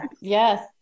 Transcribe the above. yes